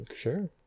sure